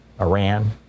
Iran